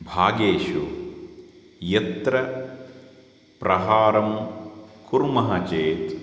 भागेषु यत्र प्रहारं कुर्मः चेत्